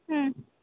ಹ್ಞೂ